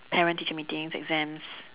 parent teacher meetings exams